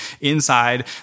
inside